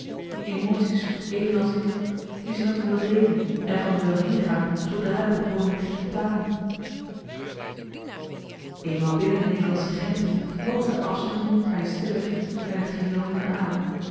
die emotie's zoekt even als ik die ze met me wil deelen en van me wil heengaan zoodra de bekoring begint te tanen eenmaal binnen de nederlandsche grenzen lokte de afzondering bij een stille vliet me in t geheel niet meer aan